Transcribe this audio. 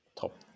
top